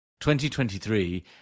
2023